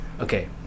okay